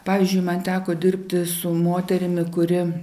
pavyzdžiui man teko dirbti su moterimi kuri